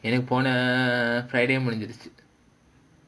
எனக்கு போன:enakku pona friday முடிஞ்சிடுச்சு:mudinjiduchu